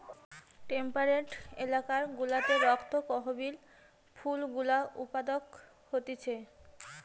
temperate এলাকা গুলাতে রক্ত করবি ফুল গুলা উৎপাদন হতিছে